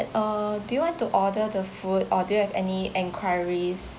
err do you want to order the food or do you have any enquiry